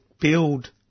build